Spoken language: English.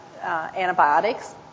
antibiotics